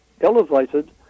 elevated